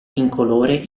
incolore